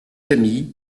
camille